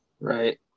right